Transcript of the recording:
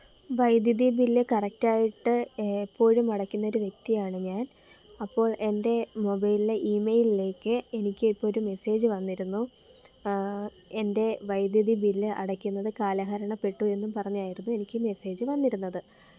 വൈദ്യുതി ബില്ല് കറക്റ്റായിട്ട് എപ്പോഴും അടക്കുന്നൊരു വ്യക്തിയാണ് ഞാന് അപ്പോൾ എന്റെ മൊബൈലിലെ ഇമെയിലേക്ക് എനിക്ക് ഇപ്പമൊരു മെസ്സേജ് വന്നിരുന്നു എന്റെ വൈദ്യുതി ബില്ല് അടക്കുന്നത് കാലഹരണപ്പെട്ടു എന്നും പറഞ്ഞായിരുന്നു എനിക്ക് മെസ്സേജ് വന്നിരുന്നത്